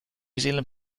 zealand